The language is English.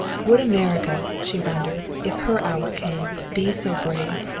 would america, she wondered, if her hour came, be so brave?